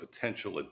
potential